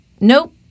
nope